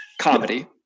comedy